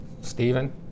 Stephen